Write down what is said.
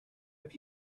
have